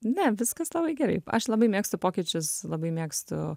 ne viskas labai gerai aš labai mėgstu pokyčius labai mėgstu